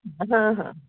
ହଁ ହଁ